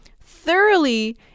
thoroughly